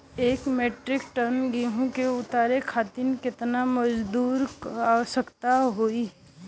एक metric tonne गेहूँ के उतारे खातीर कितना मजदूर क आवश्यकता होई?